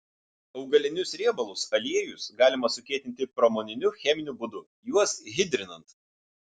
augalinius riebalus aliejus galima sukietinti pramoniniu cheminiu būdu juos hidrinant